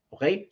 Okay